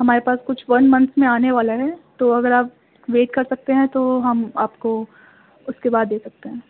ہمارے پاس کچھ ون منتھ میں آنے والا ہے تو اگر آپ ویٹ کر سکتے ہیں تو ہم آپ کو اس کے بعد دے سکتے ہیں